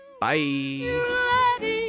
Bye